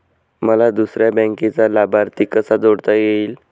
मला दुसऱ्या बँकेचा लाभार्थी कसा जोडता येईल?